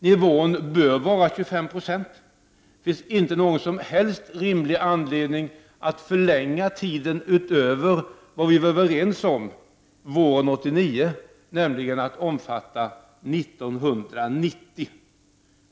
Nivån bör vara 25 26, och det finns inte någon rimlig anledning att förlänga tiden utöver vad vi var överens om våren 1989, nämligen att avgiften skulle tas ut under 1990.